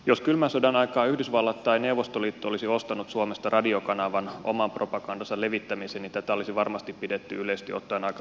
jos kylmän sodan aikaan yhdysvallat tai neuvostoliitto olisi ostanut suomesta radiokanavan oman propagandansa levittämiseen niin tätä olisi varmasti pidetty yleisesti ottaen aika sopimattomana